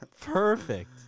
perfect